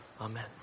Amen